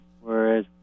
whereas